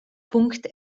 punkt